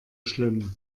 schlimm